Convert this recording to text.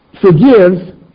forgive